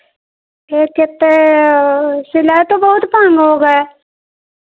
फिर कितने सिलाई तो बहुत महंग हो गए